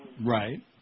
Right